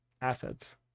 assets